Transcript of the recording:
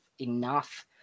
enough